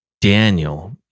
Daniel